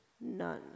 None